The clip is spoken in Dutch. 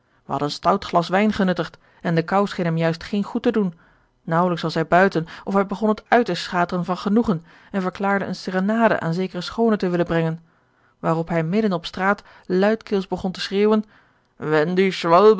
hadden een stout glas wijn genuttigd en de koû scheen hem juist geen goed te doen naauwelijks was hij buiten of hij begon het uit te schateren van genoegen en verklaarde eene serenade aan zekere schoone te willen brengen waarop hij midden op straat luidkeels begon te schreeuwen